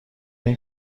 این